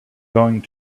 going